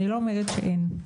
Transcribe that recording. אני לא אומרת שאין.